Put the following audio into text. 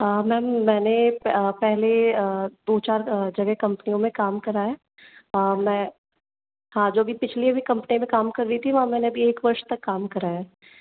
ma'am मैंने पहले दो चार जगह कंपनियों में काम करा है मैं हाँ जो अभी पिछली अभी कंपनी में काम कर रही थी वहाँ मैंने अभी एक वर्ष तक काम करा है